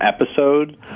episode